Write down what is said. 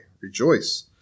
Rejoice